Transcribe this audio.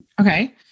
Okay